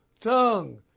tongue